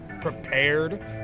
prepared